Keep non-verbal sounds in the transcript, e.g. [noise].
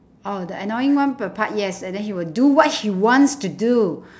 oh the annoying one per part yes and then he will do what he wants to do [breath]